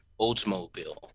Oldsmobile